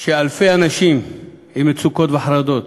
של אלפי אנשים עם מצוקות וחרדות.